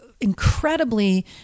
incredibly